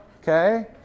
Okay